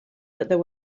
there